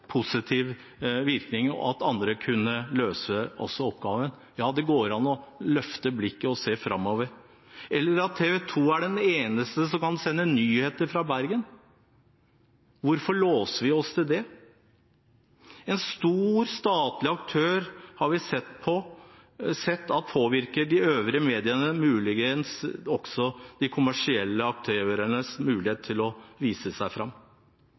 positiv virkning, og at også andre kunne løse oppgaven. Det går an å løfte blikket og se framover. Eller at TV 2 er den eneste som kan sende nyheter fra Bergen – hvorfor låser vi oss til det? En stor statlig aktør har vi sett at påvirker de øvrige medienes – muligens også de kommersielle aktørenes – mulighet til å vise seg fram.